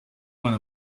one